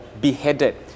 beheaded